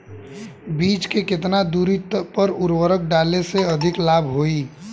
बीज के केतना दूरी पर उर्वरक डाले से अधिक लाभ होई?